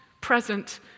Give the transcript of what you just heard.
present